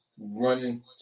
running